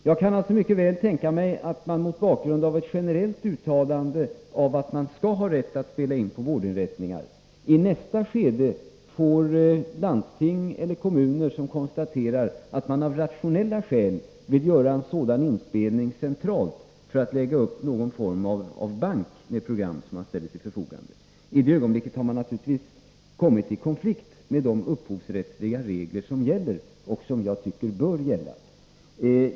Jag kan alltså mycket väl tänka mig att man, mot bakgrund av ett generellt uttalande om att det skall vara tillåtet att göra inspelningar på vårdinrättningar, i nästa skede får landsting eller kommuner som konstaterar att de av rationella skäl vill göra sådana inspelningar centralt för att lägga upp någon form av bank med program, som ställs till förfogande. I det ögonblicket har man naturligtvis kommit i konflikt med de upphovsrättsliga regler som gäller och som jag tycker bör gälla.